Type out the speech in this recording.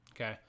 Okay